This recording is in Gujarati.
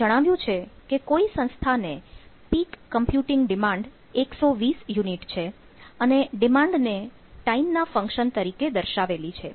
અહીં જણાવ્યું છે કે કોઈ સંસ્થાને પીક કમ્પ્યુટિંગ ડિમાન્ડ 120 યુનિટ છે અને ડિમાન્ડને ટાઈમ ના ફંકશન તરીકે દર્શાવેલી છે